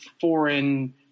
foreign –